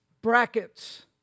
brackets